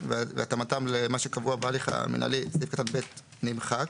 והתאמתן למה שקבוע בהליך המינהלי נמחק.